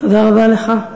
תודה רבה לך.